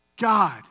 God